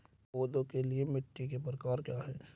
पौधों के लिए मिट्टी के प्रकार क्या हैं?